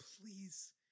please